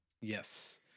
Yes